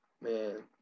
Man